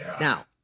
Now